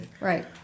right